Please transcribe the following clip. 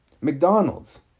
McDonald's